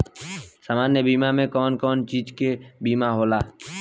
सामान्य बीमा में कवन कवन चीज के बीमा होला?